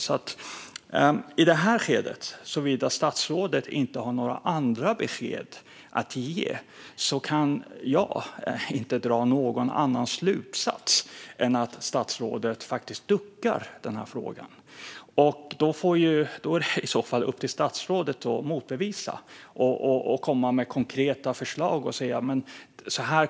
I det här skedet kan jag inte, såvida statsrådet inte har några andra besked att ge, dra någon annan slutsats än att statsrådet faktiskt duckar frågan. Då är det i så fall upp till statsrådet att motbevisa, lägga fram konkreta förslag och säga vad som ska göras.